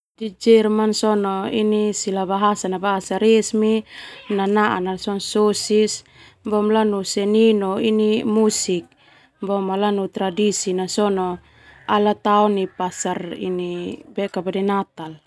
Di Jerman bahasa resmi nanaan sona sosis lanu seni no musik boma ianu tradisi na sona ala tao nai pasar ini Natal.